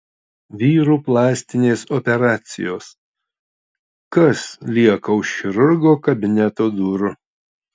vyrų plastinės operacijos kas lieka už chirurgo kabineto durų